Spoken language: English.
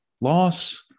loss